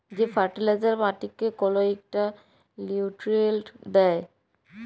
যে ফার্টিলাইজার মাটিকে কল ইকটা লিউট্রিয়েল্ট দ্যায়